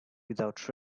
without